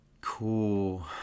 cool